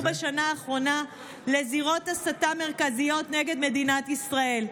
בשנה האחרונה לזירות הסתה מרכזיות נגד מדינת ישראל.